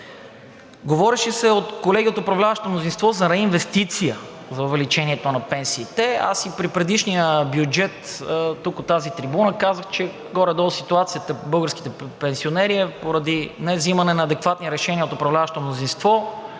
Говореше се от колеги от управляващото мнозинство за реинвестиция за увеличението на пенсиите. Аз и при предишния бюджет тук от тази трибуна казах, че горе-долу ситуацията на българските пенсионери е поради невзимане на адекватни решения от управляващото мнозинство